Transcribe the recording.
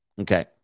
Okay